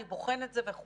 אני בוחן את זה וכו'.